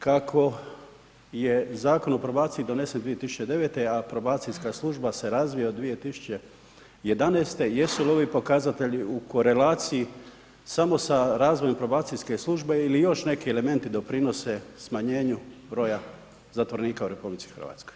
Kako je Zakon o probaciji donesen 2009., a probacijska služba se razvija od 2011. jesu li ovi pokazatelji u korelaciji samo sa razvojem probacijske službe ili još neki elementi doprinose smanjenju broja zatvorenika u RH?